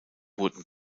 wurden